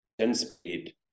10-speed